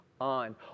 on